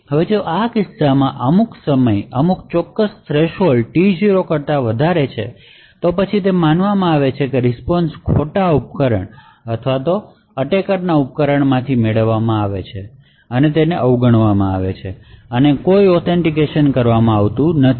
હવે જો આ કિસ્સામાં સમય અમુક ચોક્કસ થ્રેશોલ્ડ T0 કરતા વધારે છે તો પછી તે માનવામાં આવે છે કે રીસ્પોન્શ ખોટા ઉપકરણ અથવા અટેકરના ઉપકરણમાંથી મેળવવામાં આવે છે અને તેને અવગણવામાં આવે છે અને કોઈ ઑથેનટીકેશન કરવામાં આવતું નથી